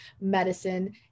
medicine